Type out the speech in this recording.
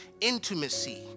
Intimacy